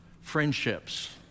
friendships